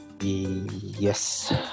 Yes